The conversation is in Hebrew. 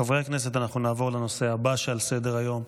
חברי הכנסת, אנחנו נעבור לנושא הבא שעל סדר-היום,